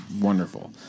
wonderful